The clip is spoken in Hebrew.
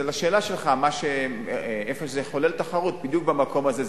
לשאלתך, זה יחולל תחרות בדיוק במקום הזה.